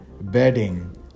bedding